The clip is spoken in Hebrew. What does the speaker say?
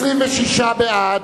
26 בעד,